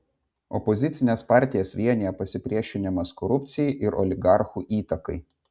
opozicines partijas vienija pasipriešinimas korupcijai ir oligarchų įtakai